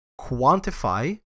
quantify